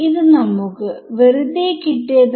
എന്നിട്ട് നമുക്ക് വേവ് കിട്ടുമോ